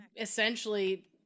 essentially